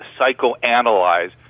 psychoanalyze